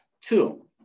Two